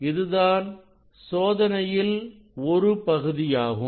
இதுதான் இந்த சோதனையில் ஒரு பகுதியாகும்